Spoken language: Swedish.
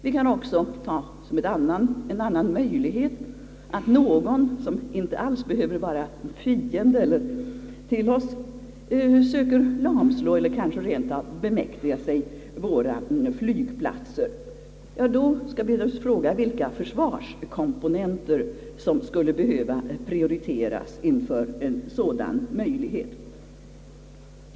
Vi kan också ta som en andra möjlighet att någon, som inte alls behöver vara fiende till oss, söker lamslå eller kanske rent av bemäktiga sig våra flygplatser. Då gäller frågan vilka försvarskomponenter som skulle behöva prioriteras inför en sådan möjlighet.